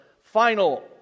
final